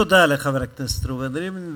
תודה לחבר הכנסת ראובן ריבלין.